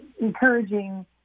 encouraging